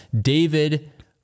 David